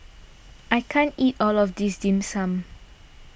I can't eat all of this Dim Sum